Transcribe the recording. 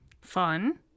Fun